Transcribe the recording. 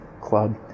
Club